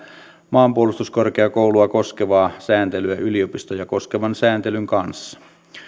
maanpuolustuskorkeakoulua koskevaa sääntelyä yliopistoja koskevan sääntelyn kanssa